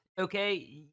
okay